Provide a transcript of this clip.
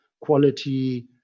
quality